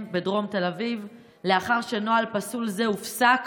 בדרום תל אביב לאחר שנוהל פסול זה הופסק